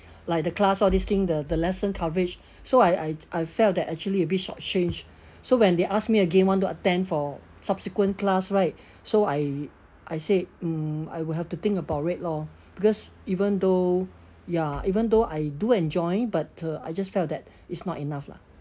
like the class all this thing the the lesson coverage so I I I felt that actually a bit short change so when they ask me again want to attend for subsequent class right so I I said mm I would have to think about it lor because even though ya even though I do enjoy but I just felt that it's not enough lah